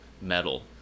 metal